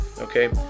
okay